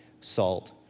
salt